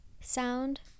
sound